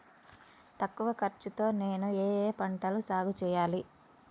తక్కువ ఖర్చు తో నేను ఏ ఏ పంటలు సాగుచేయాలి?